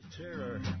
terror